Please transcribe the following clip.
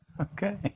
Okay